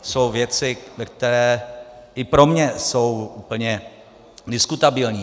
Jsou věci, které i pro mě jsou úplně diskutabilní.